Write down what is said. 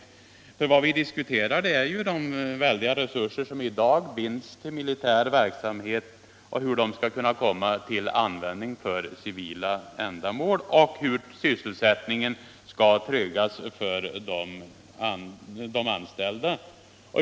Vad vi diskuterar är ju de väldiga resurser som i dag binds till militär verksamhet, hur de skall kunna komma till användning för civila ändamål och hur sysselsättningen skall tryggas för de anställda.